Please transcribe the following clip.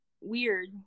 weird